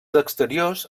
exteriors